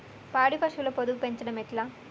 పాడి పశువుల పొదుగు పెంచడం ఎట్లా?